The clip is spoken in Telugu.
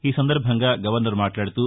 ఈ సందర్భంగా గవర్నర్ మాట్లాడుతూ